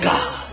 God